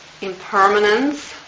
impermanence